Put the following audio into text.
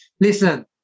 Listen